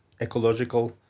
ecological